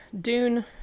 dune